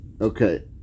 Okay